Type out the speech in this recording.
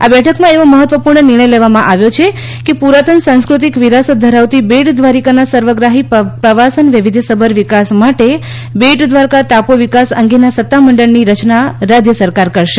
આ બેઠકમાં એવો મહત્વપૂર્ણ નિર્ણય લેવામાં આવ્યો કે પૂરાતન સાંસ્કૃતિક વિરાસત ધરાવતી બેટ દ્વારિકાના સર્વગ્રાહી પ્રવાસન વૈવિધ્યસભર વિકાસ માટે બેટ દ્વારકા ટાપુ વિકાસ અંગેની સત્તામંડળની રચના રાજ્ય સરકાર કરશે